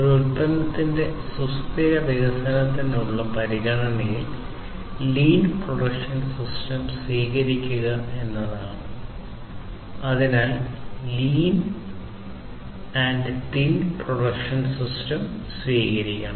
ഒരു ഉൽപ്പന്നത്തിന്റെ സുസ്ഥിര വികസനത്തിനുള്ള പരിഗണനകളിൽ ലീൻ പ്രൊഡക്ഷൻ സിസ്റ്റം സ്വീകരിക്കണം